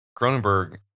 Cronenberg